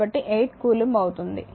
కాబట్టి 8 కూలుంబ్ అవుతుంది